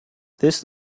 this